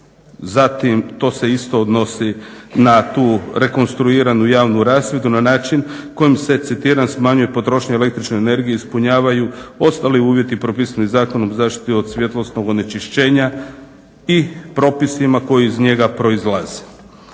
Zatim to se isto odnosi na tu rekonstruiranu javnu rasvjetu na način kojim se, citiram smanjuje potrošnja električne energije, ispunjavaju ostali uvjeti propisani Zakonom o zaštiti od svjetlosnog onečišćenja i propisima koji iz njega proizlaze.